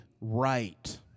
right